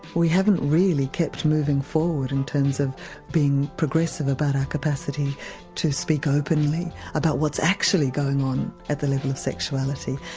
we haven't really kept moving forward in terms of being progressive about our capacity to speak openly about what's actually going on at the level of sexuality.